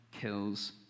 kills